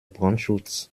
brandschutz